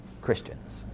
Christians